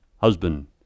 husband